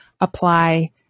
apply